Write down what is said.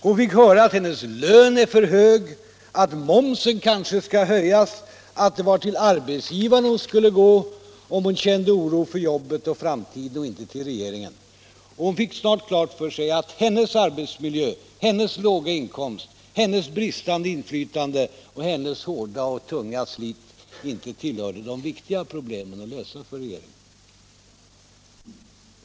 Hon fick höra att hennes lön är för hög, att momsen kanske skall höjas och att det är till arbetsgivaren hon skall gå om hon känner oro för jobbet och framtiden, inte till regeringen. Hon fick snart klart för sig att hennes arbetsmiljö, hennes låga inkomst, hennes bristande inflytande och hennes hårda och tunga slit inte tillhörde de viktigaste problemen att lösa för regeringen.